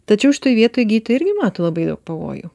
tačiau šitoj vietoj gydytojai irgi mato labai daug pavojų